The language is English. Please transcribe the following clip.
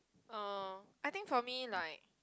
uh I think for me like